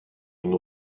une